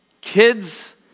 kids